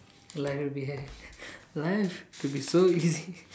life will be life would be so easy